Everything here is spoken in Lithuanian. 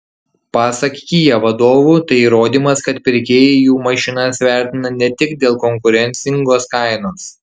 pasak kia vadovų tai įrodymas kad pirkėjai jų mašinas vertina ne tik dėl konkurencingos kainos